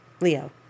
leo